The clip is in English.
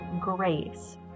grace